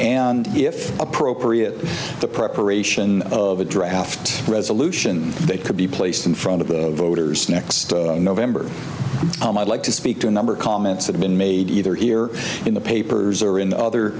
if appropriate the preparation of a draft resolution they could be placed in front of the voters next november oh my like to speak to a number comments that have been made either here in the papers or in the